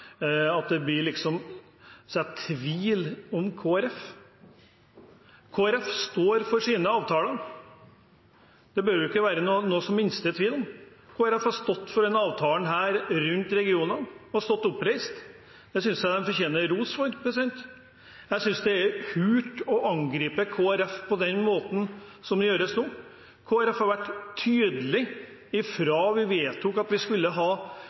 at det blir sådd tvil om Kristelig Folkeparti. Kristelig Folkeparti står for sine avtaler. Det bør det ikke være den minste tvil om. Kristelig Folkeparti har stått for denne avtalen rundt regionene, og stått oppreist. Det synes jeg de fortjener ros for. Jeg synes det er hult å angripe Kristelig Folkeparti på den måten som det gjøres nå. Kristelig Folkeparti har vært tydelige helt fra vi vedtok at vi skulle ha